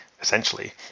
essentially